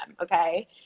Okay